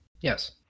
yes